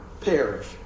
perish